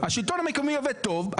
השלטון המקומי עובד טוב,